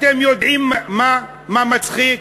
אתם יודעים מה מצחיק?